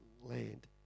land